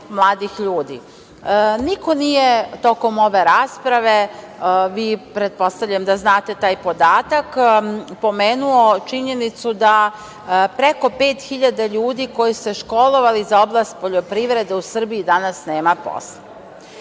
mladih ljudi. Niko nije tokom ove rasprave, vi pretpostavljam da znate taj podatak, pomenuo činjenicu da preko pet hiljada ljudi koji su se školovali za oblast poljoprivrede u Srbiji danas nema posla,